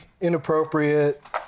inappropriate